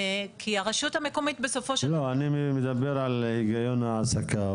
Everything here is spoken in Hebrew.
לא, אני מדבר על היגיון העסקה.